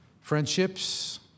Friendships